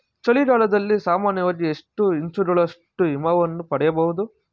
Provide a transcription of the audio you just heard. ಚಳಿಗಾಲದಲ್ಲಿ ಸಾಮಾನ್ಯವಾಗಿ ಎಷ್ಟು ಇಂಚುಗಳಷ್ಟು ಹಿಮವನ್ನು ಪಡೆಯಬಹುದು?